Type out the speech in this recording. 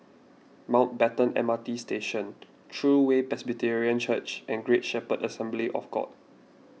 Mountbatten M R T Station True Way Presbyterian Church and Great Shepherd Assembly of God